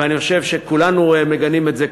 ואני חושב שכולנו מגנים את זה,